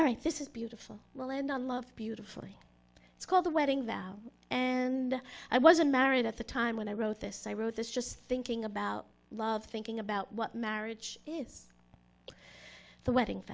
all right this is beautiful well and i love beautifully it's called the wedding that and i wasn't married at the time when i wrote this i wrote this just thinking about love thinking about what marriage is the wedding